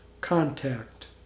contact